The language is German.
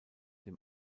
dem